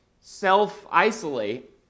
self-isolate